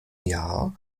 jahr